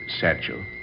satchel